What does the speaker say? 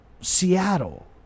Seattle